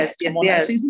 yes